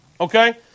okay